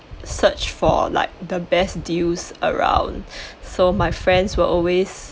search for like the best deals around so my friends will always